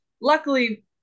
luckily